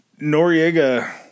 Noriega